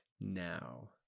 now